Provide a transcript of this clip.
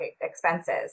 expenses